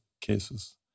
cases